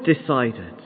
decided